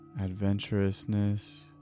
adventurousness